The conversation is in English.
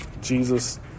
Jesus